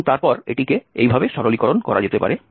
এবং তারপর এটিকে এইভাবে সরলীকরণ করা যেতে পারে